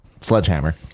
sledgehammer